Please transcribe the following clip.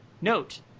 Note